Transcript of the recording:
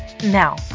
Now